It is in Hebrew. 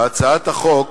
בהצעת החוק